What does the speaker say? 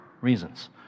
reasons